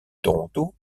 toronto